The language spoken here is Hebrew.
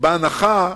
בהנחה,